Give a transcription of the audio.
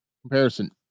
comparison